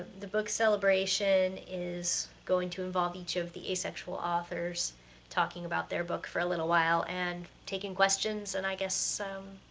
the book celebration is going to involve each of the asexual authors talking about their book for a little while, and taking questions, and i guess, so